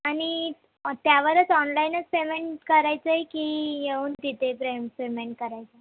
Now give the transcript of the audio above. आणि त्यावरच ऑनलाईनच पेमेंट करायचं आहे की येऊन तिथे पे पेमेंट करायचं आहे